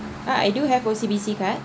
ah I do have O_C_B_C card